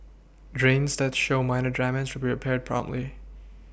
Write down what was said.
drains that show minor damage will be repaired promptly